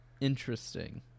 Interesting